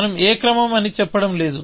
మనం ఏ క్రమం అని చెప్పడం లేదు